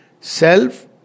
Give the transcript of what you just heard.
Self